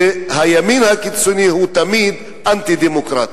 שכן הימין הקיצוני הוא תמיד אנטי-דמוקרטי.